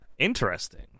interesting